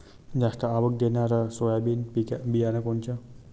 जास्त आवक देणनरं सोयाबीन बियानं कोनचं?